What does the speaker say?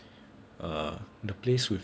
ugh the place with